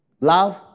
Love